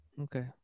Okay